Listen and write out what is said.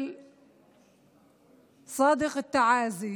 (אומרת בערבית: